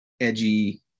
edgy